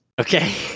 Okay